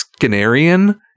Skinnerian